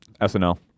SNL